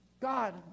God